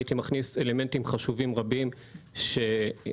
הייתי מכניס אלמנטים חשובים רבים שאם